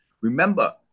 Remember